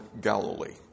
Galilee